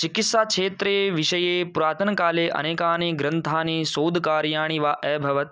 चिकित्साक्षेत्रे विषये पुरातनकाले अनेकानि ग्रन्थानि शोधकार्याणि वा अभवत्